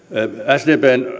sdpn